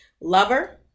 Lover